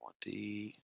twenty